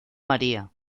maría